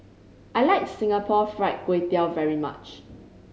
I like Singapore Fried Kway Tiao very much